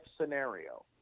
scenario